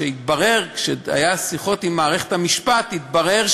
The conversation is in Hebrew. כשהיו שיחות עם מערכת המשפט התברר,